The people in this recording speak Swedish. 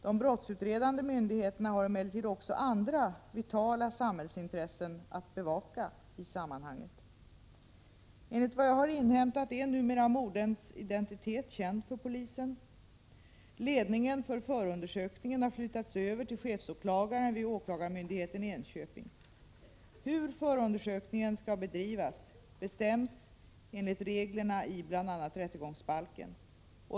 De brottsutredande myndigheterna har emellertid också andra vitala samhällsintressen att bevaka i sammanhanget. Enligt vad jag har inhämtat är numera moderns identitet känd för polisen. Ledningen av förundersökningen har flyttats över till chefsåklagaren vid åklagarmyndigheten i Enköping. Hur förundersökningen skall bedrivas bestäms enligt regler i bl.a. rättegångsbalken.